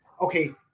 okay